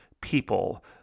people